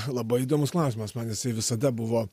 labai įdomus klausimas man jisai visada buvo